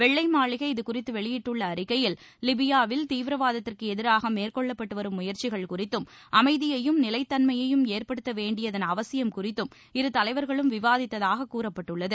வெள்ளை மாளிகை இது குறித்து வெளியிட்டுள்ள அறிக்கையில் லிபியாவில் தீவிரவாதத்திற்கு எதிராக மேற்கொள்ளப்பட்டு வரும் முயற்சிகள் குறித்தும் அமைதியையும் நிலைத் தன்மையையும் ஏற்படுத்த வேண்டியதன் அவசியம் குறித்தும் இருதலைவர்களும் விவாதித்ததாக கூறப்பட்டுள்ளது